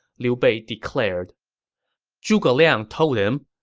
liu bei declared zhuge liang told him,